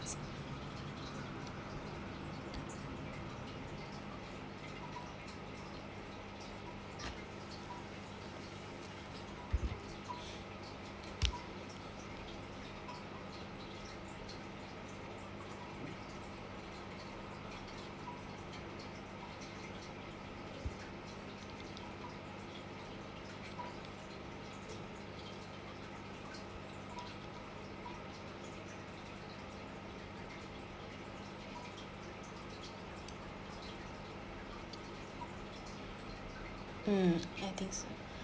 mm I think so